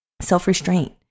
Self-restraint